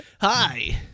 Hi